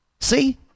See